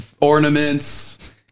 ornaments